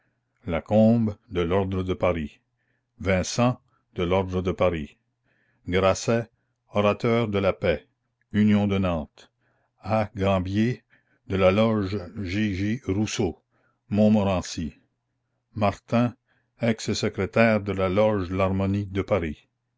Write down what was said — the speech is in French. lacombe de l'or de paris vincent de l'or de paris grasset orat de la paix union de nantes a gambier de la loge j j rousseau montmorency martin ex secrét de la loge l'harmonie de paris